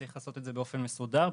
צריך לעשות את זה באופן מסודר,